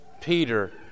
peter